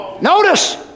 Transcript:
Notice